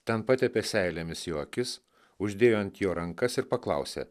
ten patepė seilėmis jo akis uždėjo ant jo rankas ir paklausė